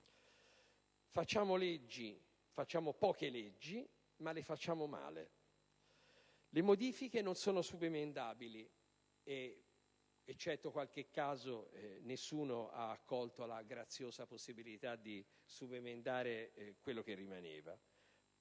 blindato. Facciamo poche leggi, ma le facciamo male. Le modifiche non sono subemendabili. Eccetto qualche caso, nessuno ha accolto la graziosa possibilità di subemendare quello che rimaneva.